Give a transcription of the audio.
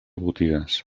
botigues